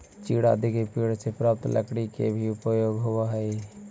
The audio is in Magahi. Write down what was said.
चीड़ आदि के पेड़ से प्राप्त लकड़ी के भी उपयोग होवऽ हई